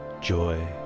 joy